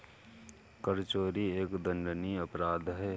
कर चोरी एक दंडनीय अपराध है